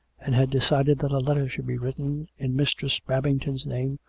and had decided that a letter should be written in mistress babington's name,